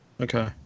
Okay